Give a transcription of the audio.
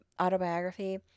autobiography